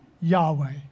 Yahweh